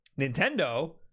nintendo